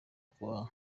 kuva